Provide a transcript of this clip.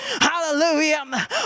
Hallelujah